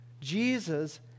Jesus